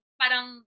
parang